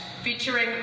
featuring